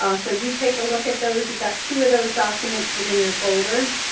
ah so do take a look at those. you've got two of those documents within your folder.